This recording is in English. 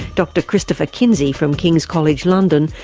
dr christopher kinsey from kings college london,